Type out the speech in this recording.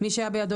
(1)מי שהיה בידו,